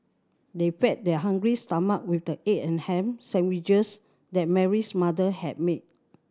they fed their hungry stomach with the egg and ham sandwiches that Mary's mother had made